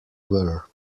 were